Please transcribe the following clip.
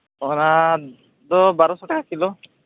ᱚᱱᱟ ᱫᱚ ᱵᱟᱨᱚ ᱥᱚ ᱴᱟᱠᱟ ᱠᱤᱞᱳ